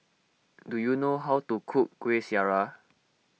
do you know how to cook Kueh Syara